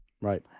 Right